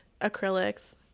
acrylics